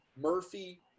Murphy